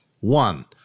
One